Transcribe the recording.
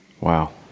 Wow